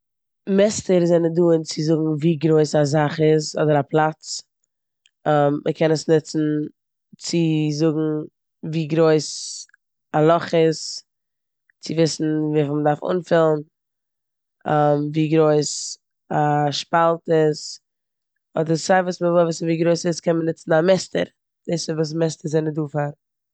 מעסטערס זענען דא אונז צו זאגן ווי גרויס א זאך איז אדער א פלאץ. מ'קען עס נוצן צו זאגן ווי גרויס א לאך צו וויסן וויפיל מ'דארף אנפילן, צו וויסן ווי גרויס א שפאלט איז אדער סיי וואס מ'וויל וויסן ווי גרויס ס'איז קען מען נוצן א מעסטער. דאס איז וואס מעסטערס זענען דא פאר.